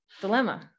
Dilemma